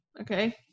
Okay